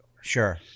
Sure